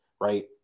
right